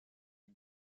une